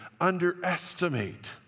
underestimate